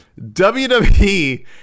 WWE